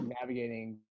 navigating